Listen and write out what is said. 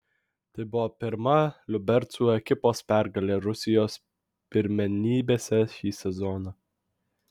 tai buvo pirma liubercų ekipos pergalė rusijos pirmenybėse šį sezoną